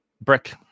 brick